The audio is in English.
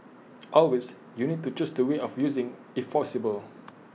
always you need to choose the way of using if possible